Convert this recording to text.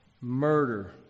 murder